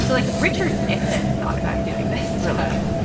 so like, richard nixon thought about doing this stuff